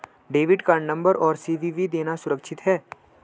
Debit card number और CVV देना सुरक्षित है?